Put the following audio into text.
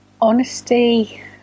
Honesty